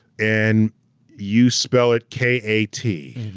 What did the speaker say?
and you spell it k a t,